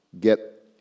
get